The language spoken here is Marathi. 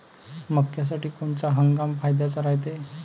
मक्क्यासाठी कोनचा हंगाम फायद्याचा रायते?